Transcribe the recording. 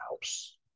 house